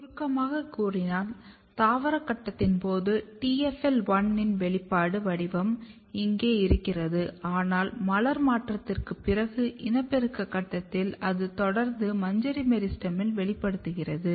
சுருக்கமாகக் கூறினால் தாவர கட்டத்தின் போது TFL1 இன் வெளிப்பாடு வடிவம் இங்கே இருக்கிறது ஆனால் மலர் மாற்றத்திற்குப் பிறகு இனப்பெருக்க கட்டத்தில் அது தொடர்ந்து மஞ்சரி மெரிஸ்டெமில் வெளிப்படுத்துகிறது